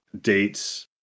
date's